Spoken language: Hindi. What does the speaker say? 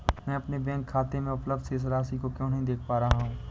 मैं अपने बैंक खाते में उपलब्ध शेष राशि क्यो नहीं देख पा रहा हूँ?